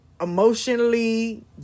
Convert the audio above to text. emotionally